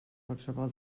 qualsevol